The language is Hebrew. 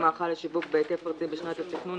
מאכל לשיווק בהיקף ארצי בשנת התכנון,